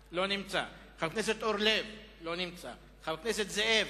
אדוני, לא, אני לא מסכים, כי הוועדה לא תדון בזה,